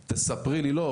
לא,